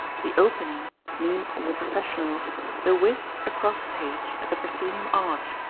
the opening means to the professional the width across stage at the proscenium arch,